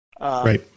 Right